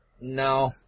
No